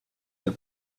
del